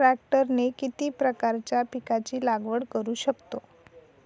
ट्रॅक्टरने किती प्रकारच्या पिकाची लागवड करु शकतो?